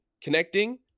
connecting